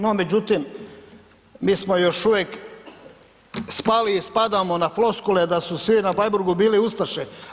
No međutim, mi smo još uvijek spali i spadamo na floskule da su svi na Bleiburgu bili ustaše.